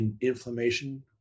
inflammation